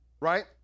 right